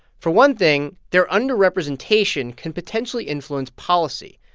for one thing, their underrepresentation can potentially influence policy.